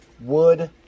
Wood